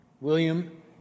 William